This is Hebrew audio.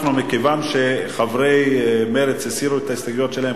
מכיוון שחברי מרצ הסירו את ההסתייגויות שלהם,